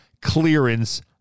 clearance